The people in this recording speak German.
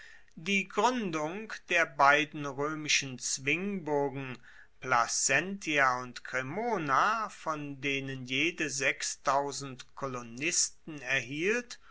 die gruendung der beiden roemischen zwingburgen placentia und cremona von denen jede kolonisten erhielt